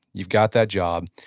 you've got that job.